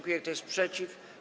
Kto jest przeciw?